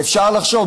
ואפשר לחשוב.